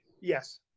Yes